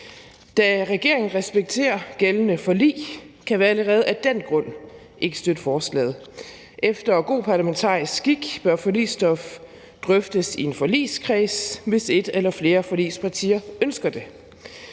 Da regeringen respekterer gældende forlig, kan vi allerede af den grund ikke støtte forslaget; efter god parlamentarisk skik bør forligsstof drøftes i en forligskreds, hvis et eller flere forligspartier ønsker det.